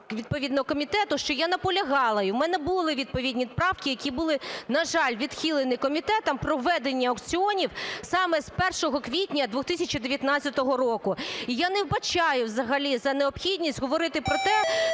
відповідного комітету, що я наполягала, і в мене були відповідні правки, які були, на жаль, відхилені комітетом, про введення аукціонів саме з 1 квітня 2019 року. І я не вбачаю взагалі за необхідність говорити про те,